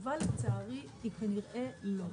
התשובה לצערי היא כנראה לא.